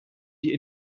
die